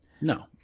no